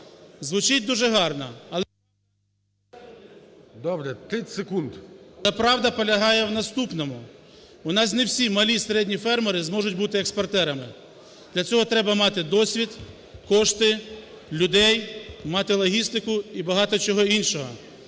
Звучить дуже гарно, але… ГОЛОВУЮЧИЙ. Добре, 30 секунд. МІРОШНІЧЕНКО І.В. … та правда полягає в наступному, у нас не всі малі, середні фермери зможуть бути експортерами. Для цього треба мати досвід, кошти, людей, мати логістику і багато чого іншого.